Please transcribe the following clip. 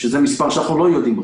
שזה מספר שאנחנו לא יודעים אותו.